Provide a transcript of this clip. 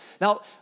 Now